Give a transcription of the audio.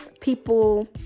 people